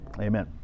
Amen